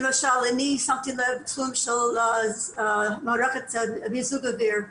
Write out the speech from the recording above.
למשל אני שמתי לב בתחום של מערכת מיזוג אוויר,